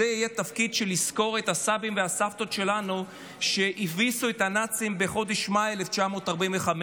הוא לזכור את הסבים והסבתות שלנו שהביסו את הנאצים בחודש מאי 1945,